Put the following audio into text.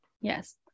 Yes